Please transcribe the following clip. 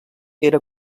era